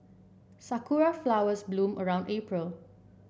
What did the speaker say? sakura flowers bloom around April